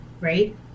right